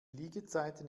liegezeiten